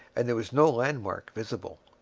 and there was no landmark visible.